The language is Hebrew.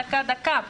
דקה דקה,